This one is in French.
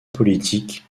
politiques